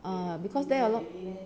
a'ah because there a lot